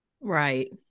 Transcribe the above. Right